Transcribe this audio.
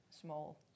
Small